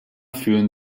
führen